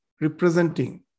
representing